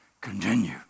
continue